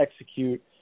execute